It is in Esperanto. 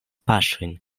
paŝojn